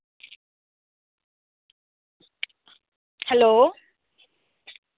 hello